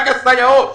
רק הסייעות.